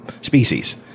species